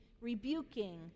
rebuking